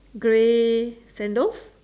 grey sandals